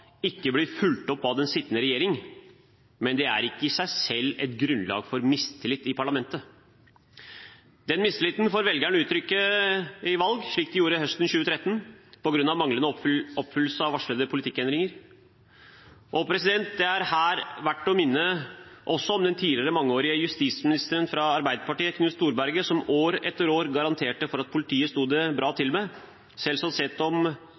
ikke blir fulgt opp av den sittende regjering, men det er ikke i seg selv et grunnlag for mistillit i parlamentet. Den mistilliten får velgerne uttrykke i valg, slik de gjorde høsten 2013 på grunn av manglende oppfyllelse av varslede politikkendringer, og det er her verdt å minne også om den tidligere mangeårige justisministeren fra Arbeiderpartiet, Knut Storberget, som år etter år garanterte for at politiet stod det bra til med, selv